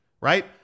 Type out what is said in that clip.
right